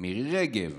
מירי רגב.